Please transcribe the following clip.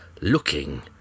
looking